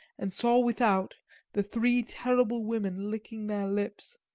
and saw without the three terrible women licking their lips.